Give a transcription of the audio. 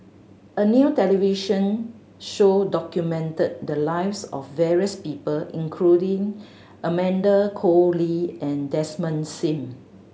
a new television show documented the lives of various people including Amanda Koe Lee and Desmond Sim